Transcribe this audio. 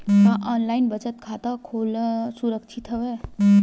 का ऑनलाइन बचत खाता खोला सुरक्षित हवय?